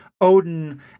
Odin